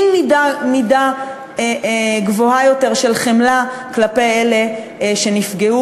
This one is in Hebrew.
עם מידה גבוהה יותר של חמלה כלפי אלה שנפגעו